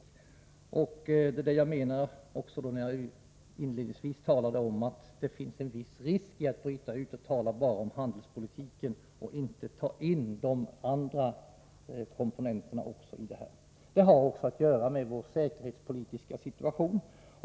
Det var detta jag åsyftade när jag inledningsvis sade att det finns en viss risk med att bryta ut handelspolitiken och tala enbart om den -— utan att ta hänsyn till de andra komponenterna. De här frågorna har också att göra med vår säkerhetspolitiska situation.